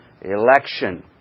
Election